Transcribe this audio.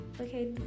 okay